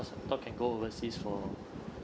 cause thought can go overseas for